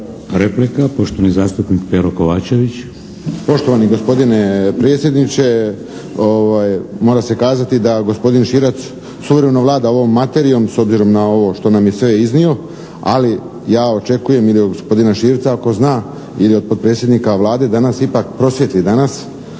Replika, poštovani zastupnik Pero Kovačević. **Kovačević, Pero (HSP)** Poštovani gospodine predsjedniče. Mora se kazati da gospodin Širac suvereno vlada ovom materijom s obzirom na ovo što nam je sve iznio ali ja očekujem i od gospodina Širca ako zna ili od potpredsjednika Vlade da nas ipak prosvijetli danas,